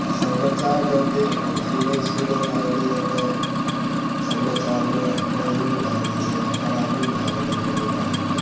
समाचार जतेक लोक सुनऽ लागलै यऽ तऽ समाचारमे बढ़िओँ भै जाइ छै आओर खराबो भै गेलै बहुत आदमी